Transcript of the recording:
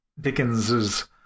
dickens's